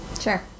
sure